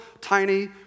tiny